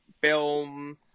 film